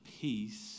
peace